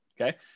okay